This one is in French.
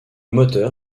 moteur